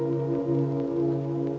who